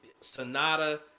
Sonata